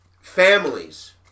families